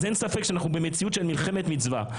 אז אין ספק שאנחנו במציאות של מלחמת מצווה.